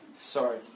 Sorry